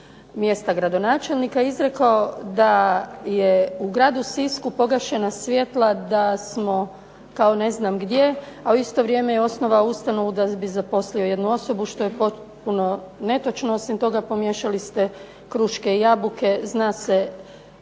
mjesta gradonačelnika, izrekao da su u gradu Sisku pogašena svjetla, da smo kao ne znam gdje, a u isto vrijeme je osnovao ustanovu da bi zaposlio jednu osobu što je potpuno netočno. Osim toga, pomiješali ste kruške i jabuke, zna se